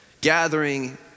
gathering